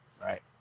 right